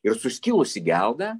ir suskilusi gelda